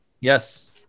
Yes